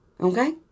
okay